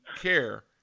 care